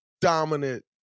dominant